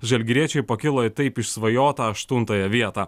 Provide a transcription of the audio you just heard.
žalgiriečiai pakilo į taip išsvajotą aštuntąją vietą